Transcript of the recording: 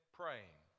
praying